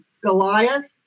goliath